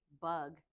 bug